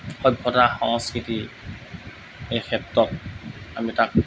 সভ্যতা সংস্কৃতিৰ এই ক্ষেত্ৰত আমি তাক